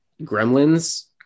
Gremlins